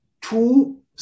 two